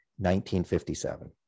1957